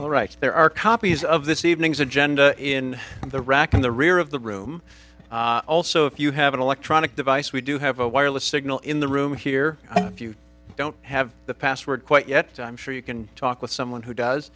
right there are copies of this evening's agenda in the rack and the rear of the room also if you have an electronic device we do have a wireless signal in the room here if you don't have the password quite yet i'm sure you can talk with someone who does